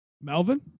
melvin